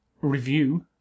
review